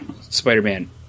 Spider-Man